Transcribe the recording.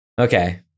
Okay